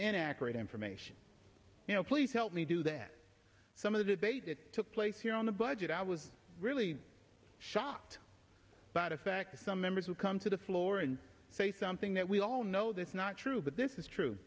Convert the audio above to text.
an accurate information you know please help me do that some of the debate it took place here on the budget i was really shocked that a fact that some members would come to the floor and say something that we all know that's not true but this is true